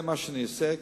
זה מה שאני אעשה.